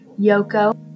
Yoko